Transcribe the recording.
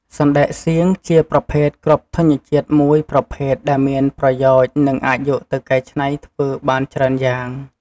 សណ្ដែកសៀង ជាប្រភេទគ្រាប់ធញ្ញជាតិមួយប្រភេទដែលមានប្រយោជន៍ និងអាចយកទៅកែច្នៃធ្វើបានច្រើនយ៉ាង។